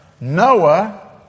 Noah